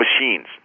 machines